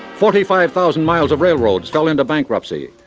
forty five thousand miles of railroads fell into bankruptcy.